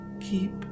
keep